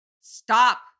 stop